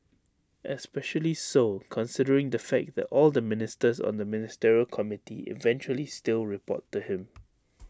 especially so considering the fact that all the ministers on the ministerial committee eventually still report to him